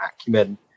acumen